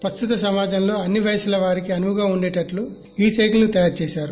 ప్రస్తుత సమాజం లో అన్ని వయస్సుల వారికి అనువుగా ఉండేటట్లు ఈ సైకిల్ ను తయారు చేసారు